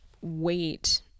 wait